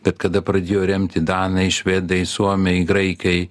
bet kada pradėjo remti danai švedai suomiai graikai